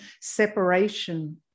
separation